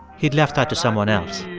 he'd left that to someone else.